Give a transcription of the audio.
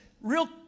Real